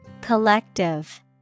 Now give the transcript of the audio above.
Collective